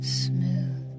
smooth